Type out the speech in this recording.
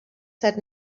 said